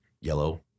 yellow